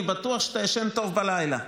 אני בטוח שאתה ישן טוב בלילה,